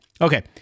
Okay